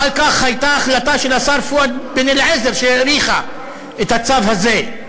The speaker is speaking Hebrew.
אחר כך הייתה החלטה של השר פואד בן-אליעזר שהאריכה את הצו הזה.